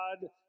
God